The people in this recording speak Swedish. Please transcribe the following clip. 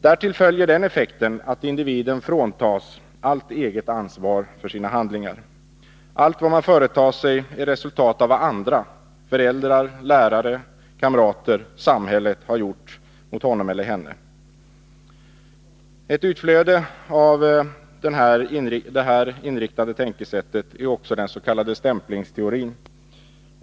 Därtill följer den effekten att individen fråntas allt eget ansvar för sina handlingar. Allt vad individen företar sig är resultat av vad andra — föräldrar, lärare, kamrater, samhället — har gjort mot honom eller henne. Ett utflöde av ett tänkesätt med denna inriktning är den s.k. stämplingsteorin.